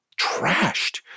trashed